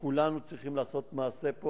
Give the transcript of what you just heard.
וכולם צריכים לעשות פה מעשה.